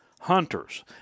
hunters